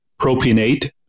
propionate